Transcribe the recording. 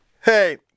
Hey